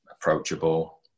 approachable